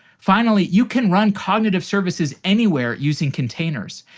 finally, you can run cognitive services anywhere using containers.